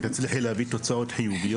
אם תצליחי להביא תוצאות חיוביות.